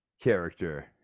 character